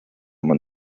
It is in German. man